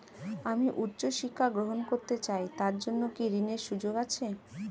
আমি উচ্চ শিক্ষা গ্রহণ করতে চাই তার জন্য কি ঋনের সুযোগ আছে?